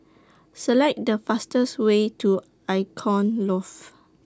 Select The fastest Way to Icon Loft